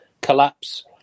collapse